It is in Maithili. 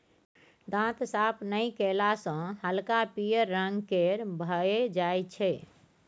दांत साफ नहि कएला सँ हल्का पीयर रंग केर भए जाइ छै